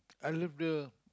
I love the